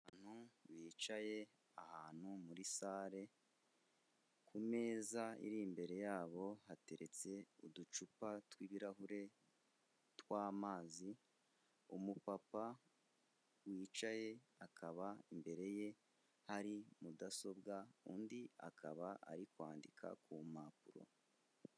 Abantu bicaye ahantu muri sale, ku meza iri imbere yabo hateretse uducupa tw'ibirahure tw'amazi, umupapa wicaye akaba imbere ye hari mudasobwa undi akaba ari kwandika ku mpapuro.